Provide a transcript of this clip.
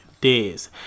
days